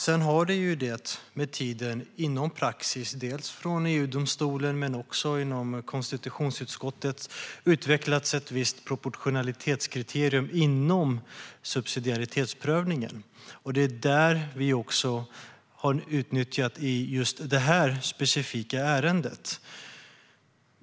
Sedan har det med tiden inom praxis dels i EUdomstolen, dels i konstitutionsutskottet utvecklats ett visst proportionalitetskriterium inom subsidiaritetsprövningen. Det är det vi också har utnyttjat i just det här specifika ärendet.